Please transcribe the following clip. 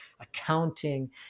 accounting